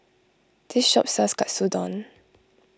this shop sells Katsudon